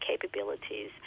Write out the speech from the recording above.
capabilities